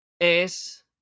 es